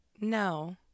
No